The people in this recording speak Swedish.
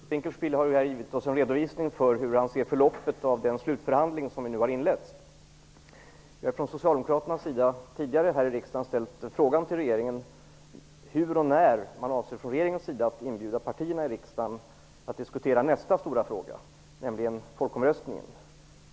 Herr talman! Statsrådet Dinkelspiel har här lämnat en redovisning över hur han ser förloppet av den slutförhandling som nu har inletts. Från socialdemokraterna har vi tidigare här i kammaren ställt frågan hur och när regeringen avser att inbjuda partierna i riksdagen att diskutera nästa stora fråga, nämligen folkomröstningen.